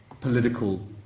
political